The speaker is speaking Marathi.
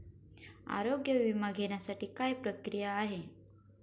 आरोग्य विमा घेण्यासाठी काय प्रक्रिया आहे?